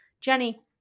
Jenny